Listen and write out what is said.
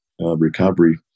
recovery